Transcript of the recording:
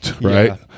right